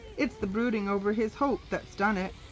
it's the brooding over his hope that's done it.